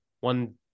One